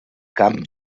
camp